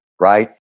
right